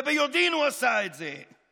וביודעין הוא עשה את זה.